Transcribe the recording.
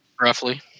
Roughly